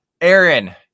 Aaron